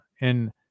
And-